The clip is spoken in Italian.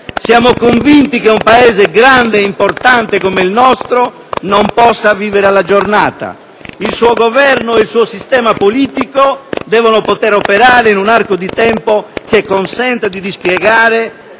Siamo convinti che un Paese grande e importante come il nostro non possa vivere alla giornata: il suo Governo e il suo sistema politico devono poter operare in un arco di tempo che consenta di dispiegare